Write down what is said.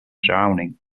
drowning